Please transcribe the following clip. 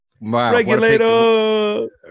Regulator